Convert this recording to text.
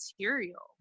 material